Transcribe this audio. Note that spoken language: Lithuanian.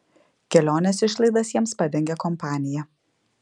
kelionės išlaidas jiems padengė kompanija